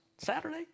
Saturday